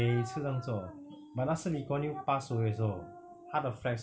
count on me singapore